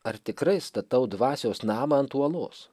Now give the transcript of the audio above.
ar tikrai statau dvasios namą ant uolos